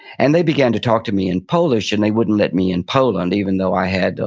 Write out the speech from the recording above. and they began to talk to me in polish, and they wouldn't let me in poland even though i had,